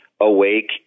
awake